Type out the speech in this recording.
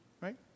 Right